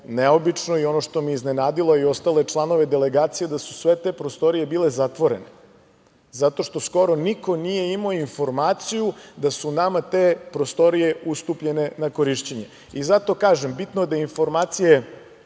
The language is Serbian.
neobično i ono što me je iznenadilo i ostale članove delegacije, jeste da su sve te prostorije bile zatvorene, zato što skoro niko nije imao informaciju da su nama te prostorije ustupljene na korišćenje. Zato kažem, bitno je da informacije